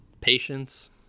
patience